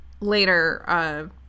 later